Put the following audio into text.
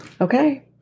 Okay